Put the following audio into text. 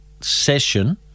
session